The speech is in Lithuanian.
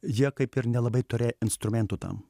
jie kaip ir nelabai turėjo instrumentų tam